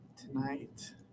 Tonight